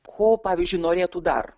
ko pavyzdžiui norėtų dar